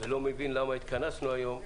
למה התכנסנו היום,